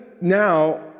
now